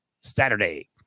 Saturday